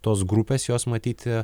tos grupės jos matyti